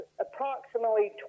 approximately